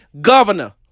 governor